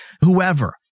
whoever